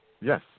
Yes